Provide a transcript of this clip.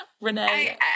renee